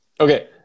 Okay